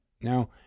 Now